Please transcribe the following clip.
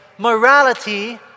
Morality